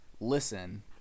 listen